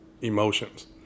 emotions